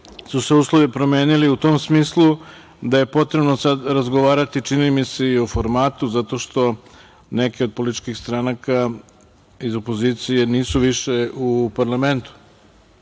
su se uslovi promenili u tom smislu da je potrebno sad razgovarati, čini mi se, i o formatu, zato što neke od političkih stranaka iz opozicije nisu više u parlamentu.